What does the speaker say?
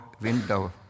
window